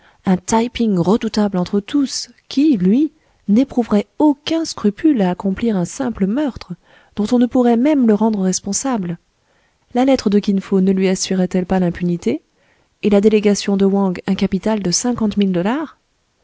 un taï ping redoutable entre tous qui lui n'éprouverait aucun scrupule à accomplir un simple meurtre dont on ne pourrait même le rendre responsable la lettre de kin fo ne lui assurait elle pas l'impunité et la délégation de wang un capital de cinquante mille dollars